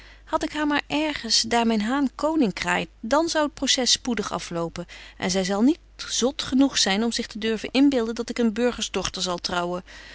had ik haar maar ergens daar myn haan koning kraait dan zou t procès spoedig aflopen en zy zal niet zot genoeg zyn om zich te durven inbeelden dat ik een burgers dochter zal trouwen